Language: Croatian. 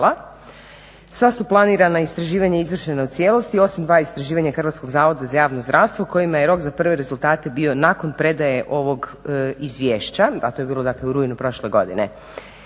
Sva su planirana istraživanja izvršena u cijelosti osim 2 istraživanja Hrvatskog zavoda za javno zdravstvo kojima je rok za prve rezultate bio nakon predaje ovog izvješća a to je bilo dakle u rujnu prošle godine.